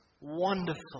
wonderful